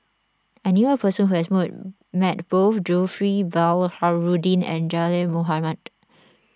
I knew a person who has met both Zulkifli Baharudin and Zaqy Mohamad